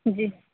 جی